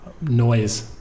Noise